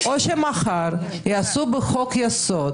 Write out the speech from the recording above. או שמחר יכתבו בחוק יסוד